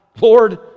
Lord